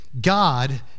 God